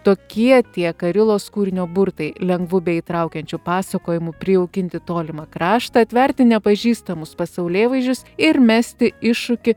tokie tie karilos kūrinio burtai lengvu bei įtraukiančiu pasakojimu prijaukinti tolimą kraštą atverti nepažįstamus pasaulėvaizdžius ir mesti iššūkį